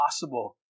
possible